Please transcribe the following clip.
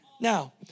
Now